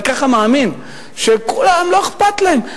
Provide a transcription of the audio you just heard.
אני ככה מאמין, שכולם לא אכפת להם.